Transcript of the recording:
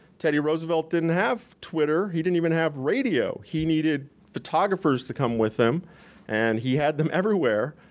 teddy roosevelt didn't have twitter, he didn't even have radio. he needed photographers to come with him and he had them everywhere.